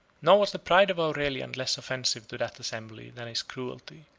nor was the pride of aurelian less offensive to that assembly than his cruelty.